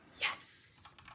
Yes